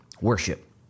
worship